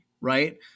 right